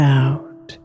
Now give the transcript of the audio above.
out